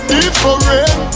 Different